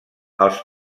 els